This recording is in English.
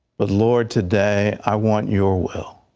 but lord, today, i want you are well.